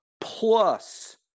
plus